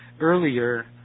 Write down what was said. Earlier